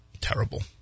terrible